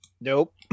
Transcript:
Nope